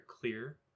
clear